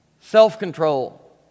self-control